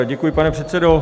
Děkuji, pane předsedo.